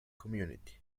community